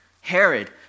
Herod